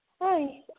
Hi